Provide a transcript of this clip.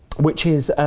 which is